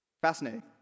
Fascinating